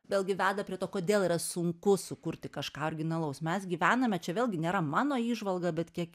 vėlgi veda prie to kodėl yra sunku sukurti kažką originalaus mes gyvename čia vėlgi nėra mano įžvalga bet kiek